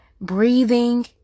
breathing